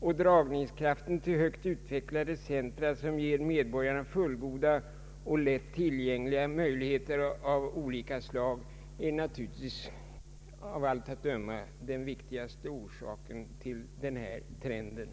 och dragningskraften till högt utvecklade centra som ger medborgarna fullgoda och lätt tillgängliga möjligheter av olika slag är av allt att döma den viktigaste orsaken till denna trend.